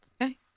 Okay